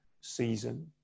season